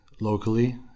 locally